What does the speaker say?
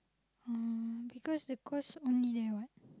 uh because the course only there [what]